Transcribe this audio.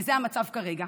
וזה המצב כרגע,